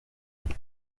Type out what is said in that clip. hose